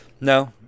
No